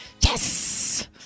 yes